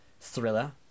thriller